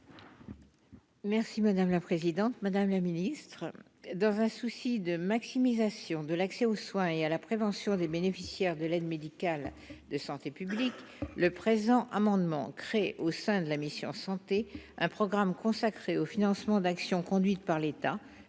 Merci madame la présidente, madame le Ministre dans un souci de maximisation de l'accès aux soins et à la prévention des bénéficiaires de l'aide médicale de santé publique, le présent amendement crée au sein de la mission Santé un programme consacré au financement d'actions conduites par l'État,